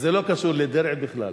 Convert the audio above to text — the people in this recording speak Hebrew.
וזה לא קשור לדרעי בכלל.